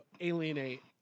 alienate